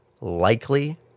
likely